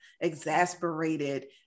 exasperated